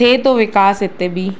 थिए थो विकास हिते बि